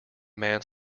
man